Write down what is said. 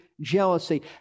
jealousy